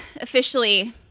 officially